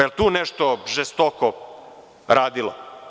Jel tu nešto žestoko radilo?